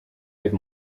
heeft